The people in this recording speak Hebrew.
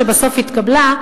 שבסוף התקבלה,